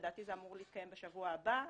לדעתי זה אמור להתקיים בשבוע הבא --- מחר.